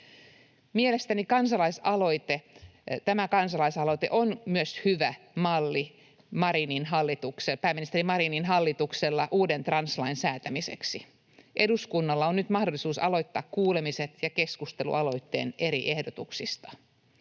Mielestäni tämä kansalaisaloite on hyvä malli myös pääministeri Marinin hallitukselle uuden translain säätämiseksi. Eduskunnalla on nyt mahdollisuus aloittaa kuulemiset keskustelualoitteen eri ehdotuksista.